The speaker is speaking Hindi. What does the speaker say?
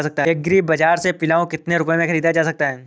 एग्री बाजार से पिलाऊ कितनी रुपये में ख़रीदा जा सकता है?